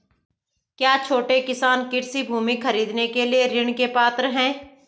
क्या छोटे किसान कृषि भूमि खरीदने के लिए ऋण के पात्र हैं?